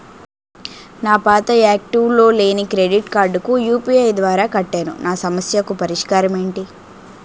నా పాత యాక్టివ్ లో లేని క్రెడిట్ కార్డుకు యు.పి.ఐ ద్వారా కట్టాను నా సమస్యకు పరిష్కారం ఎంటి?